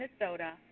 Minnesota